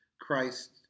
Christ